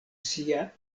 sia